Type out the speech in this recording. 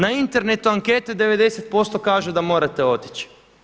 Na internetu ankete 90% kažu da morate otići.